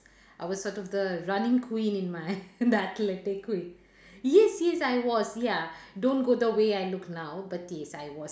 I was sort of the running queen in my the athletic queen yes yes I was ya don't go the way I look now but yes I was